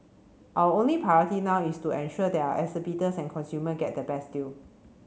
our only priority now is to ensure that our exhibitors and consumer get the best deal